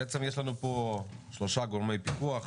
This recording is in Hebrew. יש לנו פה שלושה גורמי פיקוח,